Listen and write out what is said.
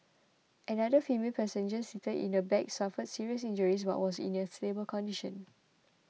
another female passenger seated in the back suffered serious injuries but was in a stable condition